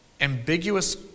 ambiguous